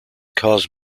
caused